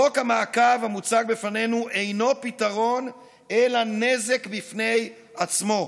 חוק המעקב המוצג בפנינו אינו פתרון אלא נזק בפני עצמו.